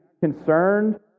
concerned